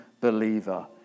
believer